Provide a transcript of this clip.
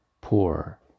poor